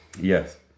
yes